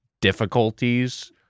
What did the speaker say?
difficulties